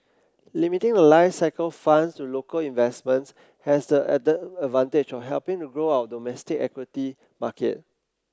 limiting The Life cycle funds to local investments has the added advantage of helping to grow our domestic equity market